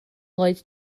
lloyd